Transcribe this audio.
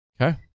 okay